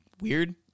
weird